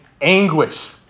anguish